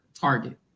target